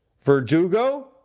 Verdugo